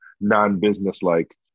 non-business-like